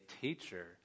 teacher